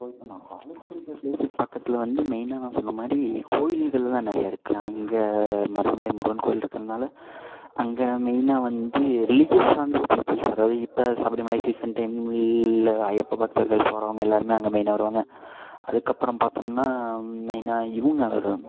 so இப்போ நான் college படிக்கிற ப்ளேஸ் பக்கத்தில் வந்து மெயினாக நான் சொன்ன மாதிரி கோவில்கள் தான் நிறையா இருக்குது அங்கே மருதமலை முருகன் கோயில்ருக்குறனால அங்கே மெயினாக வந்து ரிலீஜியஸ் சார்ந்த பீப்பிள்ஸ் அதாவது இப்போ சபரிமலை சீசன் டைமில் ஐயப்ப பக்தர்கள் போகிறவங்க எல்லாரும் அங்கே மெயினாக வருவாங்க அதுக்கப்புறம் பார்த்தம்ன்னா மெயினாக இவங்க வரும்